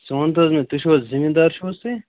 ژٕ وَن تہٕ حظ مےٚ تُہۍ چھُوا زٔمیٖنٛدار چھُ حظ تُہۍ